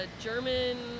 German